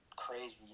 Crazy